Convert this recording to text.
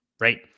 Right